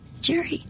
Jerry